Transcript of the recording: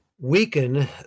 weaken